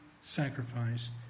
sacrifice